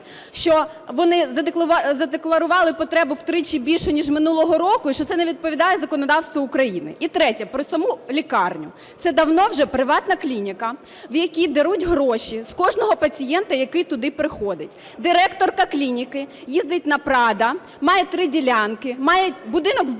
що вони задекларували потребу втричі більшу ніж минулого року, і що це не відповідає законодавству України. І третє. Про саму лікарню. Це давно вже приватна клініка, в якій деруть гроші з кожного пацієнта, який туди приходить. Директорка клініки їздить на "прадо", має три ділянки, має будинок в Болгарії.